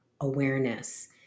awareness